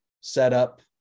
setup